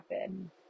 happen